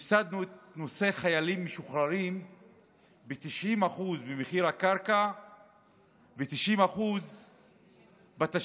סבסדנו את נושא חיילים משוחררים ב-90% ממחיר הקרקע וב-90% בתשתיות,